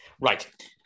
Right